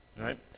right